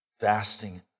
Fasting